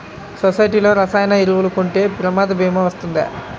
సొసైటీలో రసాయన ఎరువులు కొంటే ప్రమాద భీమా వస్తుందా?